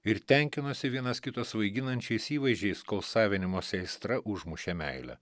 ir tenkinosi vienas kitą svaiginančiais įvaizdžiais kol savinimosi aistra užmušė meilę